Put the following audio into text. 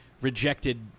rejected